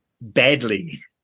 badly